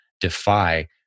defy